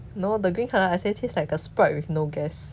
no the green colour I say taste like a sprite with no gas